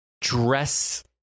dress